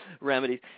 remedies